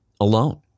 alone